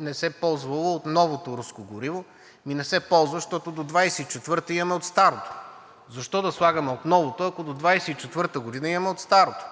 не се ползвало новото руско гориво? Ами не се ползва, защото до 2024-а имаме от старото. Защо да слагаме от новото, ако до 2024 г. имаме от старото?!